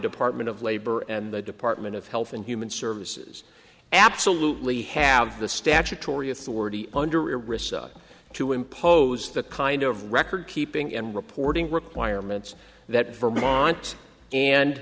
department of labor and the department of health and human services absolutely have the statutory authority under risk to impose the kind of record keeping and reporting requirements that vermont and